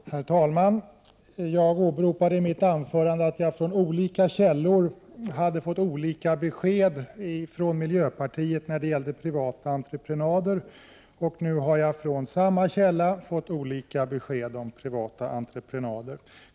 Herr talman! Jag åberopade i mitt anförande att jag från olika källor hade fått olika besked från miljöpartiet om privata entreprenader. Nu har jag från samma källa fått olika besked om privata entreprenader.